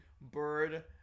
Bird